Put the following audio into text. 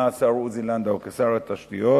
השר עוזי לנדאו לשר התשתיות